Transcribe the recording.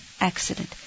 accident